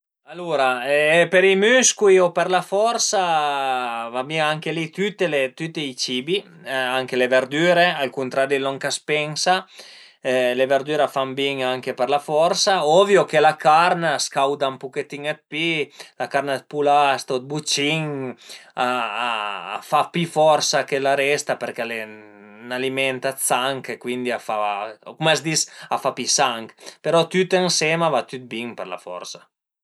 Alura per i müscui u për la forsa a van bin anche li tüti i cibi, anche le verdüre al cuntrari dë lon ch'a s'pensa, le verdüre a fan bin anche për la forsa, ovvio che la carn a scauda ën pochetin dë pi, la carn dë pulast o dê bucin a fa pi forsa che la resta përché al e ün aliment dë sanch e cuindi a fa cum a s'dis a fa pi sanch però tüt ënsema a va tüt bin për la forsa